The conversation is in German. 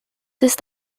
ist